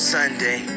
Sunday